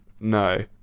No